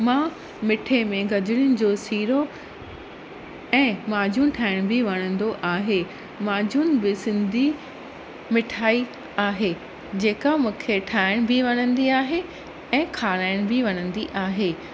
मां मिठे में गजरुनि जो सीरो ऐं माजून ठाहिण बि वणंदो आहे माजून बि सिंधी मिठाई आहे जेका मूंखे ठाहिण बि वणंदी आहे ऐं खाराइण बि वणंदी आहे